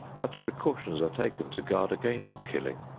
but precautions are taken to guard against killing.